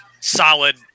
solid